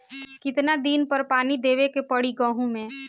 कितना दिन पर पानी देवे के पड़ी गहु में?